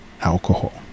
alcohol